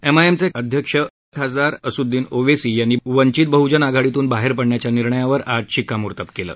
एमआयएमचे अध्यक्ष खासदार असद्ददीन ओवेसी यांनी वंचित बहजन आघाडीतून बाहेर पडण्याच्या निर्णयावर आज शिक्कामोर्तब केलं